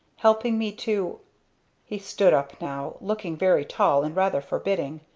helping me to he stood up now, looking very tall and rather forbidding,